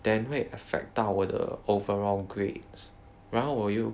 then 会 affect 到我的 overall grades 然后我又